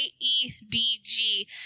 A-E-D-G